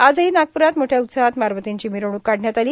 आजही नागप्ररात मोठ्या उत्साहात मारबर्तींची मिरवणूक काढण्यात आली